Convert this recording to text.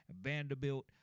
Vanderbilt